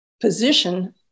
position